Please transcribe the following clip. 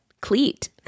cleat